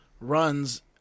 runs